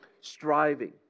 striving